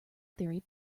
theory